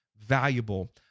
valuable